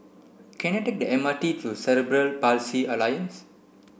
can I take the M R T to Cerebral Palsy Alliance